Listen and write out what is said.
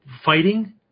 fighting